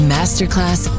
Masterclass